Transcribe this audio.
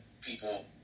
people